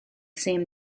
same